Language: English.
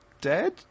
dead